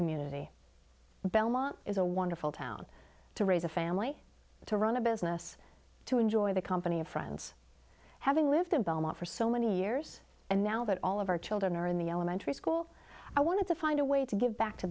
community belmont is a wonderful town to raise a family to run a business to enjoy the company of friends having lived in belmont for so many years and now that all of our children are in the elementary school i wanted to find a way to give back to